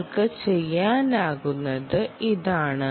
നിങ്ങൾക്ക് ചെയ്യാനാകുന്നത് ഇതാണ്